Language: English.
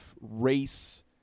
race